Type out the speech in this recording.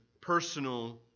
personal